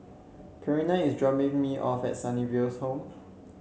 Kaleena is dropping me off at Sunnyville Home